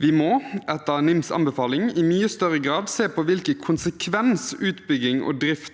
Vi må etter NIMs anbefaling i mye større grad se på hvilken konsekvens utbygging og drift